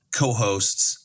co-hosts